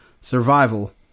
survival